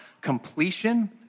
completion